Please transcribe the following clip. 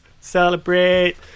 celebrate